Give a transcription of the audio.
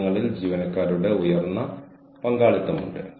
അതായത് ഈ ബോക്സ് ഇവിടെയുണ്ട്